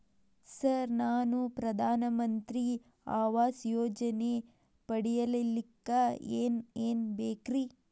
Sir ನಾನು ಪ್ರಧಾನ ಮಂತ್ರಿ ಆವಾಸ್ ಯೋಜನೆ ಪಡಿಯಲ್ಲಿಕ್ಕ್ ಏನ್ ಏನ್ ಬೇಕ್ರಿ?